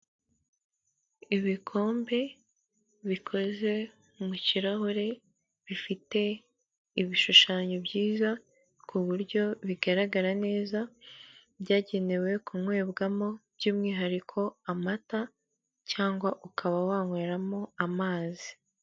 Ibikombe bikoze mu kirahure bifite ibishushanyo byiza ku buryo bigaragara neza, byagenewe kunywebwamo by'umwihariko amata cyangwa ukaba wanyweramo amazi.